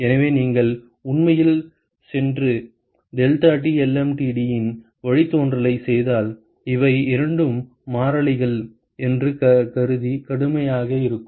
எனவே நீங்கள் உண்மையில் சென்று deltaTlmtd இன் வழித்தோன்றலைச் செய்தால் இவை இரண்டும் மாறிலிகள் என்று கருதி கடுமையாக இருக்கும்